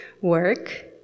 work